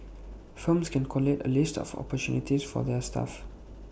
firms can collate A list of opportunities for their staff